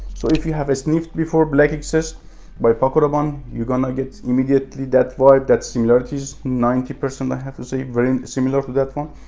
so if you have a sniffed before black xs by paco rabanne you gonna get immediately that vibe that similarities ninety percent i have to say very similar to that one